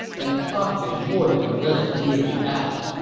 and probably more than a little weirded out.